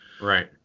Right